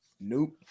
nope